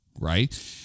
right